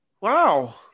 Wow